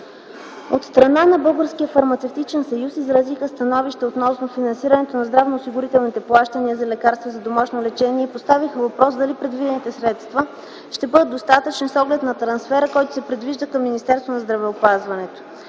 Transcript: От страна на Българския фармацевтичен съюз изразиха становище относно финансирането на здравноосигурителните плащания за лекарства за домашно лечение и поставиха въпроса дали предвидените средства ще бъдат достатъчни с оглед на трансфера, който се предвижда към Министерството на здравеопазването.